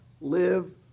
live